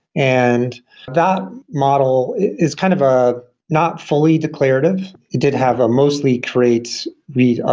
and that model is kind of ah not fully declarative. it did have mostly create read, ah